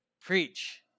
preach